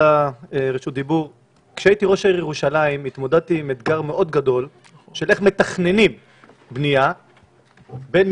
שאלתי אותה: אפשר לראות תוכניות מאקרו איך המדינה מתכננת את הפיתוח